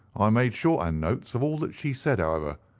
i made shorthand notes of all that she said, however,